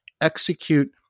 execute